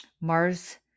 mars